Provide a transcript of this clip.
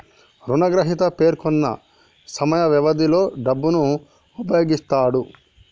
రుణగ్రహీత పేర్కొన్న సమయ వ్యవధిలో డబ్బును ఉపయోగిస్తాడు